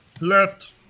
Left